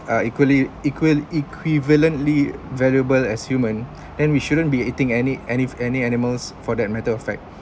are equally equal equivalently valuable as human then we shouldn't be eating any any any animals for that matter of fact